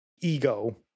ego